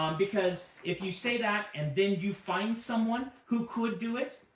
um because if you say that and then you find someone who could do it,